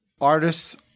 Artists